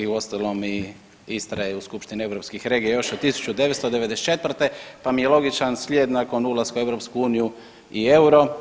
Uostalom Istra je u skupštini europskih regija još od 1994. pa mi je logičan slijed nakon ulaska u EU i euro.